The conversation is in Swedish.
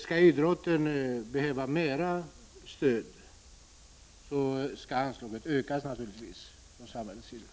Om idrotten behöver mera stöd, skall anslaget från samhället sida naturligtvis öka.